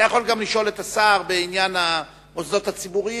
גם אתה יכול לשאול את השר בעניין המוסדות הציבוריים,